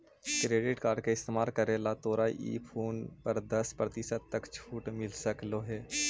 credit card के इस्तेमाल करला पर तोरा ई फोन पर दस प्रतिशत तक छूट मिल सकलों हे